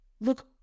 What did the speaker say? look